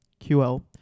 QL